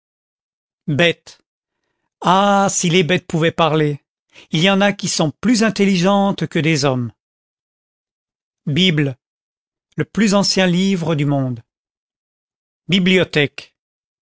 si les bêtes pouvaient parler il y en a qui sont plus intelligentes que des hommes bible le plus ancien livre du monde bibliothèque